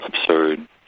absurd